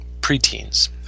preteens